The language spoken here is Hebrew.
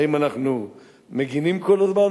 האם אנחנו מגינים כל הזמן,